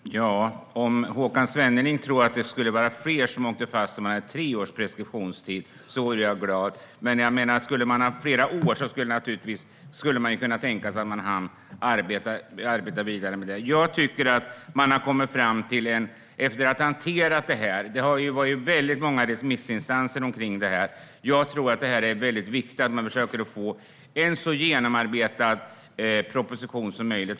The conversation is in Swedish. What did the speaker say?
Herr talman! Om det skulle vara så som Håkan Svenneling tror, att fler skulle åka fast om vi hade tre års preskriptionstid, vore jag glad. Om preskriptionstiden skulle vara flera år skulle man kunna tänka sig att Finansinspektionen hann arbeta vidare med ärendena. Det har varit väldigt många remissinstanser, och det är viktigt att propositionen är så genomarbetad som möjligt.